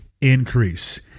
increase